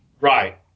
Right